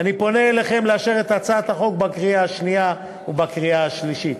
ואני פונה אליכם לאשר את הצעת החוק בקריאה השנייה ובקריאה השלישית.